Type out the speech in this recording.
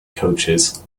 coaches